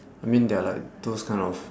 I mean there are like those kind of